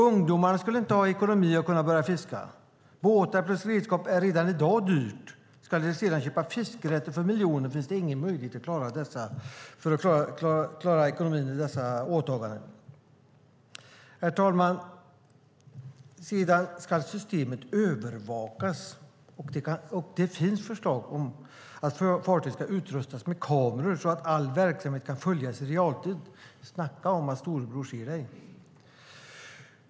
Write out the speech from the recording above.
Ungdomar skulle inte ha ekonomi att kunna börja fiska. Det är redan i dag dyrt med båtar och redskap. Ska de sedan köpa fiskerätter för miljoner finns det ingen möjlighet att klara ekonomin i dessa åtaganden. Herr talman! Sedan ska systemet övervakas. Det finns förslag om att fartygen ska utrustas med kameror, så att all verksamhet kan följas i realtid. Snacka om att storebror ser dig!